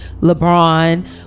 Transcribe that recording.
LeBron